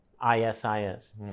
I-S-I-S